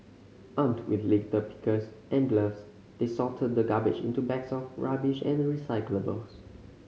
armed with litter pickers and gloves they sorted the garbage into bags for rubbish and recyclables